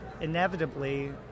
inevitably